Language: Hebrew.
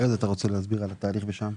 ארז אתה רוצה להסביר על התהליך בשע"מ?